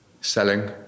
selling